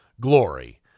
glory